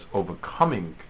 overcoming